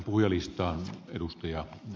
arvoisa puhemies